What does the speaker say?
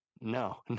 No